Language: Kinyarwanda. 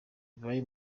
bibaye